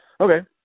Okay